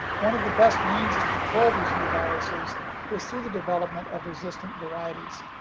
one of the best means to control these new viruses is through the development of resistant varieties.